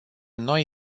noi